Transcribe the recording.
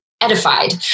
edified